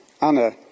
Anna